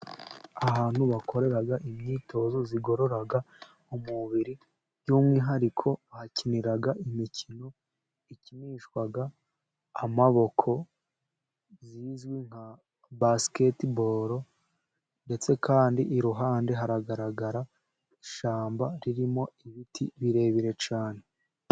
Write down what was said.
Ahantu bakorera imyitozo zigorora umubiri, by'umwihariko hakinirwa imikino ikinishwa amaboko zizwi nka basikete boru ndetse kandi iruhande haragaragara ishamba ririmo ibiti birebire cyane.